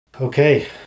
Okay